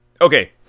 okay